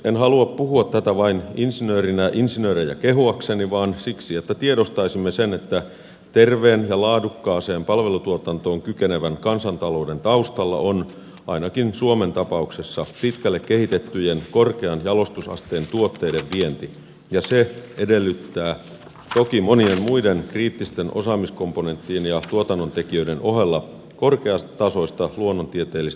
en halua puhua tätä vain insinöörinä insinöörejä kehuakseni vaan siksi että tiedostaisimme sen että terveen ja laadukkaaseen palvelutuotantoon kykenevän kansantalouden taustalla on ainakin suomen tapauksessa pitkälle kehitettyjen korkean jalostusasteen tuotteiden vienti ja se edellyttää toki monien muiden kriittisten osaamiskomponenttien ja tuotannontekijöiden ohella korkeatasoista luonnontieteellis teknistä osaamista